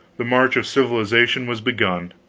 the march of civilization was begun.